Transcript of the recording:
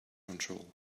control